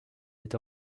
est